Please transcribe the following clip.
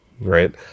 right